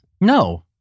No